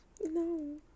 No